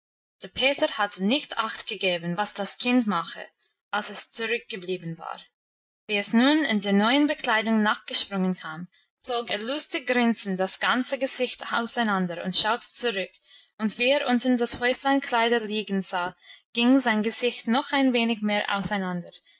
der peter hatte nicht acht gegeben was das kind mache als es zurückgeblieben war wie es nun in der neuen bekleidung nachgesprungen kam zog er lustig grinsend das ganze gesicht auseinander und schaute zurück und wie er unten das häuflein kleider liegen sah ging sein gesicht noch ein wenig mehr auseinander